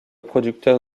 producteur